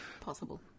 Possible